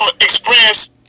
express